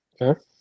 Okay